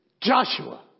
Joshua